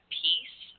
peace